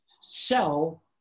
sell